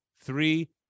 three